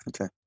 okay